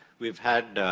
we've had,